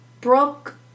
Brooke